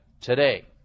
today